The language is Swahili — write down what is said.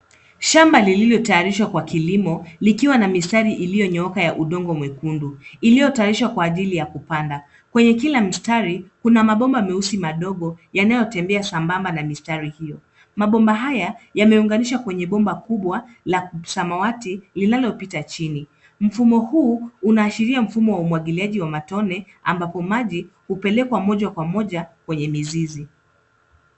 Shamba lililotayarishwa kwa kilimo likiwa na mistari iliyonyooka ya udongo mwekundu iliyotayarishwa kwa ajili ya kupanda. Kwenye kila mstari kuna mabomba meusi madogo yanayotembea sambamba na mistari hiyo. Mabomba haya yameunganishwa kwenye bomba kubwa la samawati linalopita chini. Mfumo huu unaashiria mfumo wa umwagiliaji wa matone ambapo maji hupelekwa moja kwa moja kwenye mizizi.